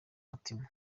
mutima